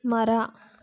ಮರ